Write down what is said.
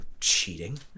cheating